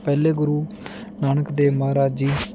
ਪਹਿਲੇ ਗੁਰੂ ਨਾਨਕ ਦੇਵ ਮਹਾਰਾਜ ਜੀ